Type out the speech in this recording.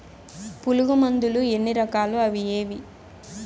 పులుగు మందులు ఎన్ని రకాలు అవి ఏవి?